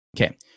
Okay